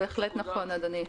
בהחלט נכון, אדוני.